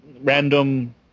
random